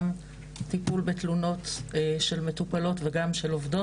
טיפול בתלונות של מטופלות וגם של עובדות,